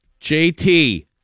jt